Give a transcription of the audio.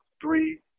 three